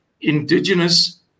indigenous